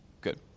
Good